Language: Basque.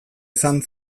izan